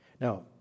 Now